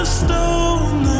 stone